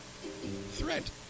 Threat